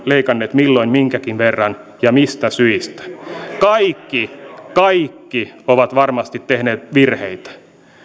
leikanneet milloin minkäkin verran ja mistä syistä kaikki kaikki ovat varmasti tehneet virheitä